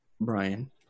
Brian